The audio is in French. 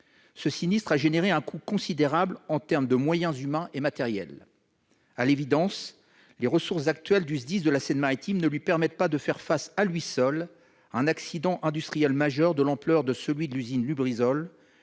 ce sinistre est considérable en termes de moyens humains et matériels. À l'évidence, les ressources actuelles du SDIS de la Seine-Maritime ne lui permettent pas de faire face, à lui seul, à un accident industriel majeur de l'ampleur de celui de l'usine Lubrizol,